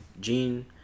Gene